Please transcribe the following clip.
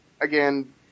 again